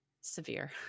severe